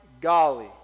golly